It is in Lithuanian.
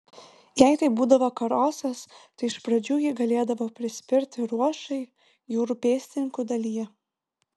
jei tai būdavo karosas tai iš pradžių jį galėdavo prispirti ruošai jūrų pėstininkų dalyje